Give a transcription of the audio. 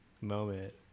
moment